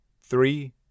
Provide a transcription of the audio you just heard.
Three